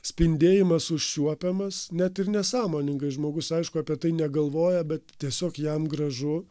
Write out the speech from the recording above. spindėjimas užčiuopiamas net ir nesąmoningai žmogus aišku apie tai negalvoja bet tiesiog jam gražu